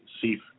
see